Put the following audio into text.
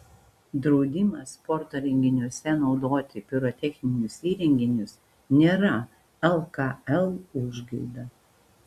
draudimas sporto renginiuose naudoti pirotechninius įrenginius nėra lkl užgaida